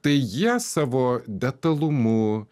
tai jie savo detalumu